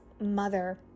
mother